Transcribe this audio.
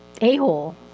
a-hole